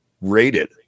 rated